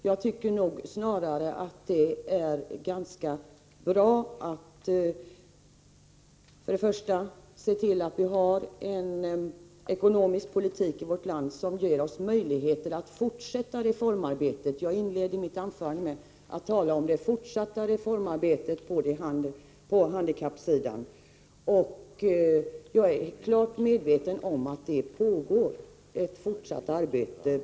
Jag tycker nog snarare att det är ganska bra att se till att vi har en ekonomisk politik i vårt land som ger oss möjligheter att fortsätta reformarbetet. Jag inledde mitt anförande med att tala om det fortsatta reformarbetet på handikappområdet. Jag är klart medveten om att det pågår ett fortsatt arbete.